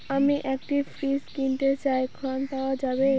আমি একটি ফ্রিজ কিনতে চাই ঝণ পাওয়া যাবে?